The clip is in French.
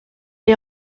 est